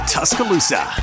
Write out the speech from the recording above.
Tuscaloosa